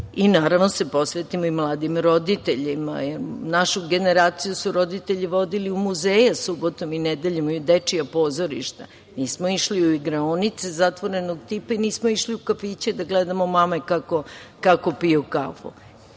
i naravno da se posvetimo i mladim roditeljima. Našu generaciju su roditelji vodili u muzeje subotom i nedeljom i u dečija pozorišta. Nismo išli u igraonice zatvorenog tipa i nismo išli u kafiće da gledamo mame kako piju kafu.